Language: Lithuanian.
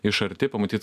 iš arti pamatyt